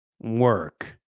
work